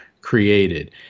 created